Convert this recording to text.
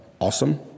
Awesome